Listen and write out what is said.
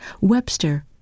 Webster